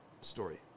story